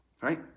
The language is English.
right